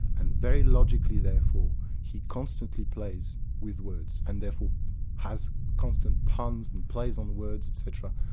and very logically therefore, he constantly plays with words, and therefore has constant puns and plays on words etc.